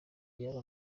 yaba